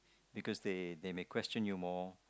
because they they may question you more